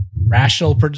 rational